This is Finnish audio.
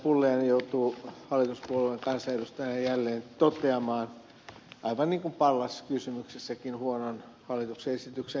pulliainen joutuu hallituspuolueen kansanedustajana jälleen toteamaan aivan niin kuin pallas kysymyksessäkin huonon hallituksen esityksen